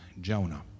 Jonah